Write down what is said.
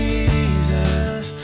Jesus